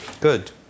Good